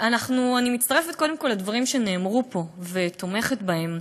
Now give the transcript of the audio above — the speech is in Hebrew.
אני מצטרפת קודם כול לדברים שנאמרו פה ותומכת בהם.